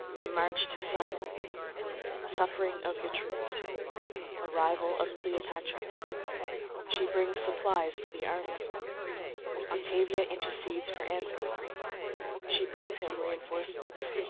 the march to sidon suffering of the troops arrival of cleopatra she brings supplies for the army octavia intercedes for antony she brings him re-enforcements.